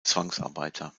zwangsarbeiter